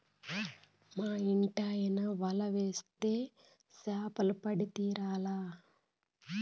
మా ఇంటాయన వల ఏత్తే చేపలు పడి తీరాల్ల